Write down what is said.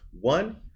One